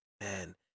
man